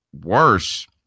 worse